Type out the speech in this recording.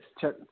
check